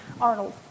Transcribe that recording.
Arnold